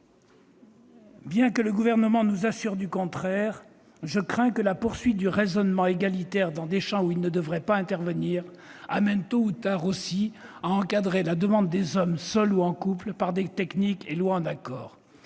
Bien que le Gouvernement nous assure du contraire, je crains que l'application du raisonnement « égalitaire » dans des champs où il ne devrait pas intervenir n'amène tôt ou tard à encadrer également la demande des hommes seuls ou en couple par des techniques et des lois.